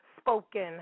spoken